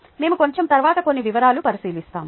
మేము కొంచెం తరువాత కొన్ని వివరాలను పరిశీలిస్తాము